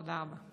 תודה רבה.